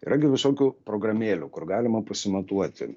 yra gi visokių programėlių kur galima pasimatuoti